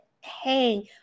hang